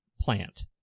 plant